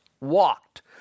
walked